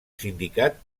sindicat